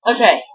Okay